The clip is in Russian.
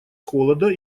холода